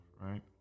right